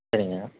சரிங்க